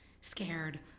scared